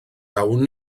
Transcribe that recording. awn